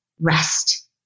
rest